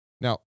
Now